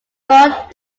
thought